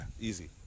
easy